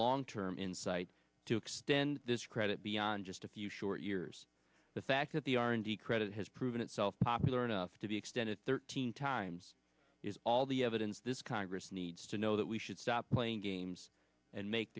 long term insight to extend this credit beyond just a few short years the fact that the r and d credit has proven itself popular enough to be extended thirteen times is all the evidence this congress needs to know that we should stop playing games and make